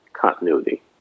continuity